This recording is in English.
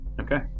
Okay